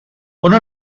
ona